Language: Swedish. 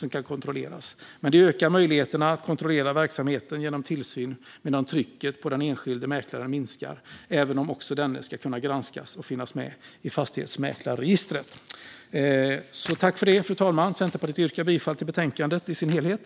Med det ökar möjligheterna att kontrollera verksamheten genom tillsyn, medan trycket på den enskilde mäklaren minskar, även om också denne ska kunna granskas och finnas med i fastighetsmäklarregistret. En ny fastighets-mäklarlag - förstärkt tillsyn över fastighets-mäklarbranschen Fru talman! Centerpartiet yrkar bifall till förslaget i betänkandet i dess helhet.